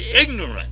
ignorant